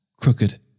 crooked